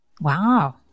Wow